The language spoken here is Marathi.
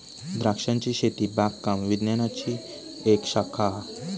द्रांक्षांची शेती बागकाम विज्ञानाची एक शाखा हा